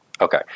okay